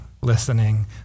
listening